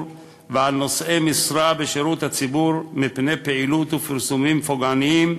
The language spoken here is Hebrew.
ועל נושאי משרה בשירות הציבור מפני פעילות ופרסומים פוגעניים,